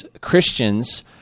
christians